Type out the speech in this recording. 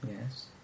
yes